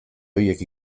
horiek